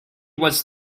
was